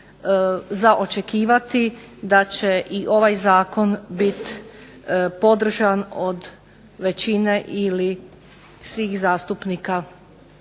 za očekivati da će ovaj Zakon biti podržan od većine ili svih zastupnika